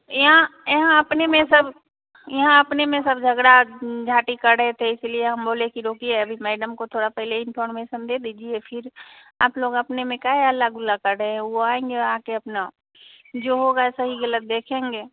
यहाँ यहाँ अपने में सब यहाँ अपने में सब झगड़ा घाटी कर रहे थे इसीलिए हम बोले के रुकिए अभी मएडम को थोड़ा पहले इंफ़ॉर्मेसन दे दीजिए फिर आप लोग अपने में काहे हल्ला गुल्ला कर रहें हैं वो आएँगे आके अपना जो होगा सही ग़लत देखेंगे